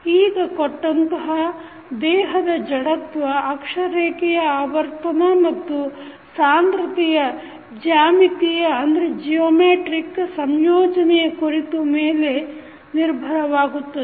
ಈಗ ಕೊಟ್ಟಂತಹ ದೇಹದ ಜಡತ್ವ ಅಕ್ಷರೇಖೆಯ ಆವರ್ತನ ಮತ್ತು ಸಾಂದ್ರತೆಯ ಜ್ಯಾಮಿತೀಯ ಸಂಯೋಜನೆ ಕುರಿತು ಮೇಲೆ ನಿರ್ಭರವಾಗುತ್ತದೆ